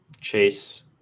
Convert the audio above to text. Chase